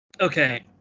Okay